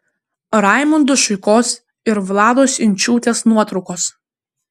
raimundo šuikos ir vlados inčiūtės nuotraukos